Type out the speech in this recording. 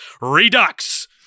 Redux